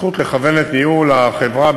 הזכות לכוון את ניהול החברה,